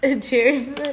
Cheers